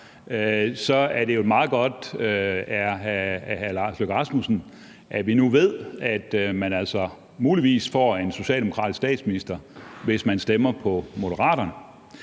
set herfra er meget godt, at vi nu ved, at man altså muligvis får en socialdemokratisk statsminister, hvis man stemmer på Moderaterne.